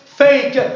fake